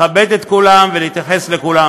לכבד את כולם ולהתייחס לכולם.